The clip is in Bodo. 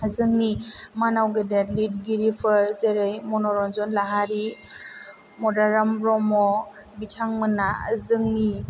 जोंनि मानाव गेदेर लिरगिरिफोर जेरै मन'रन्जन लाहारि मदाराम ब्रह्म बिथांमोना जोंनि